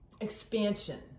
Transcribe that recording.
expansion